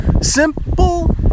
Simple